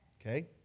okay